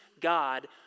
God